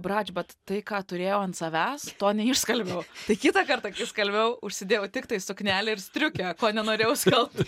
brač bet tai ką turėjau ant savęs to neišskalbiau tai kitą kartą kai skalbiau užsidėjau tiktai suknelę ir striukę ko nenorėjau skalbt